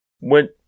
went